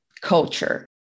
culture